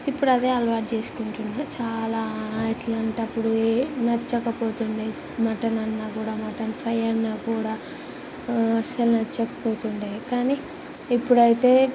ఇప్పుడదే అలవాటు చేసుకుంటున్న చాలా ఎట్లా అంటే అప్పుడు ఏం నచ్చక పోతుండే మటనన్నా కూడా మటన్ ఫ్రై అన్నా కూడా అస్సలు నచ్చకపోతుండే కానీ ఇప్పుడయితే